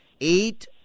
Eight